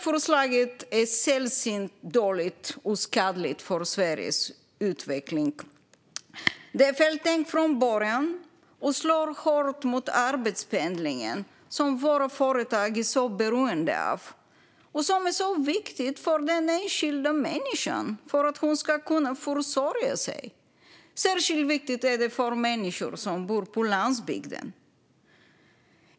Förslaget är sällsynt dåligt och skadligt för Sveriges utveckling. Det är feltänkt från början och slår hårt mot arbetspendlingen, som våra företag är så beroende av. Arbetspendlingen är också viktig för den enskilda människan, för att hon ska kunna försörja sig. Särskilt viktig är den för människor som bor på landsbygden.